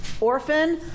orphan